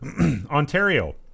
Ontario